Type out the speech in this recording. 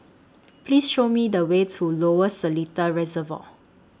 Please Show Me The Way to Lower Seletar Reservoir